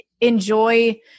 enjoy